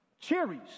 Cherries